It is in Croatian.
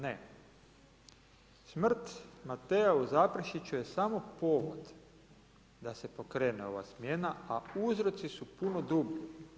Ne, smrt Matea u Zaprešiću je samo povod, da se pokrene ova smjena, a uzroci su puno dublji.